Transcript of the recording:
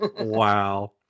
Wow